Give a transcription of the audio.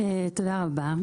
תודה רבה.